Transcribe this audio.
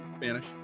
Spanish